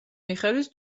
მიხედვით